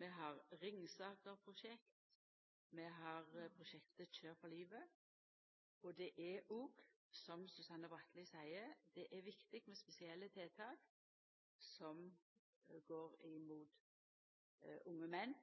Vi har Ringsakerprosjektet. Vi har prosjektet «Kjør for livet». Det er òg, som Susanne Bratli seier, utvilsamt viktig med spesielle tiltak som er retta inn mot unge menn,